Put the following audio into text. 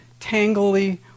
tangly